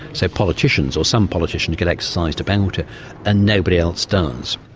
so politicians, or some politicians, get exercised about it and nobody else does.